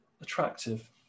attractive